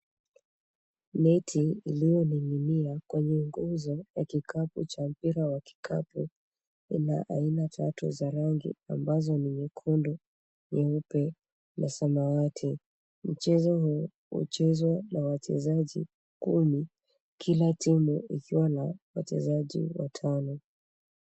Neti iliyoning'inia kwenye nguzo ya kikapu cha mpira wa kikapu. Ina aina tatu za rangi ambazo ni nyekundu, nyeupe, na samawati. Mchezo huu huchezwa na wechezaji kumi, kila timu ikiwa na wechazaji watano.